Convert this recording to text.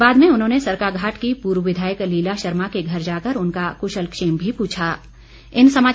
बाद में उन्होंने सरकाघाट की पूर्व विधायक लीला शर्मा के घर जाकर उनका कुशलक्षेम भी पूछा